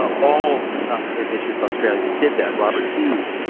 ah all ambitious australians did that. robert hughes,